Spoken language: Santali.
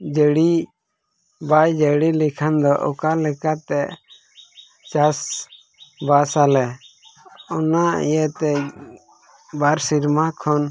ᱡᱟᱹᱲᱤ ᱵᱟᱭ ᱡᱟᱹᱲᱤ ᱞᱮᱠᱷᱟᱱ ᱫᱚ ᱚᱠᱟ ᱞᱮᱠᱟᱛᱮ ᱪᱟᱥᱵᱟᱥᱟᱞᱮ ᱚᱱᱟ ᱤᱭᱟᱹᱛᱮ ᱵᱟᱨ ᱥᱮᱨᱢᱟ ᱠᱷᱚᱱ